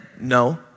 No